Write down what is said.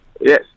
Yes